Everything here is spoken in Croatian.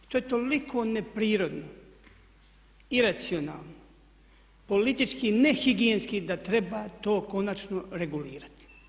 I to je toliko neprirodno, iracionalno, politički ne higijenski da treba to konačno regulirati.